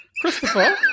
Christopher